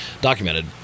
documented